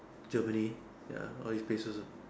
Germany ya all these places